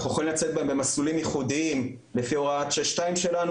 אנחנו יכולים לצאת בהם במסלולים ייחודיים לפי הוראת 62 שלנו.